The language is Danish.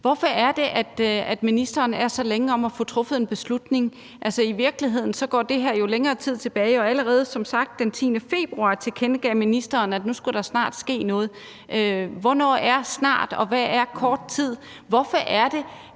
Hvorfor er det, at ministeren er så længe om at få truffet en beslutning? Altså, i virkeligheden går det her jo længere tid tilbage, og allerede den 10. februar tilkendegav ministeren som sagt, at nu skulle der snart ske noget. Hvornår er snart, og hvad er kort tid? Hvorfor er det,